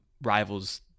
rivals